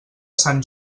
sant